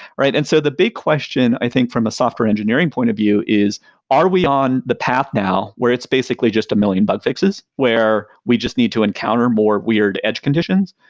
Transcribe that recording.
and so the big question, i think from a software engineering point of view is are we on the path now where it's basically just a million bug fixes, where we just need to encounter more weird edge conditions?